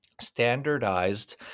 standardized